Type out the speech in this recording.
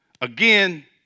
Again